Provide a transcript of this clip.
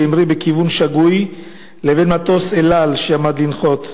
שהמריא בכיוון שגוי לבין מטוס "אל על" שעמד לנחות.